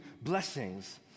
blessings